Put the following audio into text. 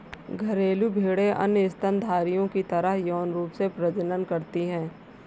घरेलू भेड़ें अन्य स्तनधारियों की तरह यौन रूप से प्रजनन करती हैं